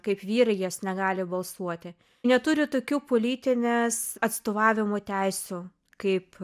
kaip vyrai jos negali balsuoti neturi tokių politinės atstovavimo teisių kaip